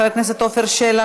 חבר הכנסת עפר שלח,